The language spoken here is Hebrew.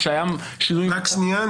כשהיו שינויים --- רק רגע.